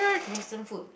Western food